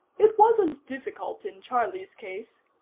it wasn't difficult in charlie's case,